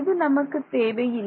இது நமக்கு தேவை இல்லை